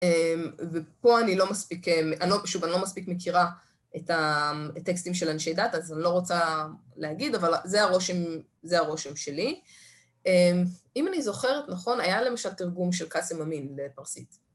ופה אני לא מספיק, שוב, אני לא מספיק מכירה את הטקסטים של אנשי דת, אז אני לא רוצה להגיד, אבל זה הרושם.זהמהרושם שלי. אם אני זוכרת נכון, היה למשל תרגום של קאסם אמין בפרסית.